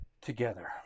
together